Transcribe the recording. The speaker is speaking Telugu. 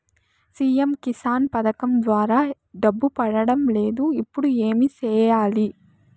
సి.ఎమ్ కిసాన్ పథకం ద్వారా డబ్బు పడడం లేదు ఇప్పుడు ఏమి సేయాలి